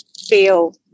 feel